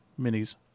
minis